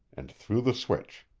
and threw the switch.